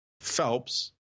Phelps